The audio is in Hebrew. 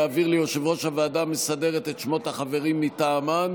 להעביר ליושב-ראש הוועדה המסדרת את שמות החברים מטעמם.